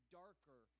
darker